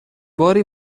باری